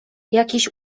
jakiś